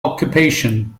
occupation